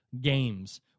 games